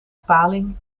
paling